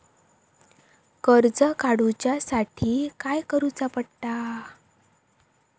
कर्ज काडूच्या साठी काय करुचा पडता?